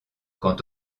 quant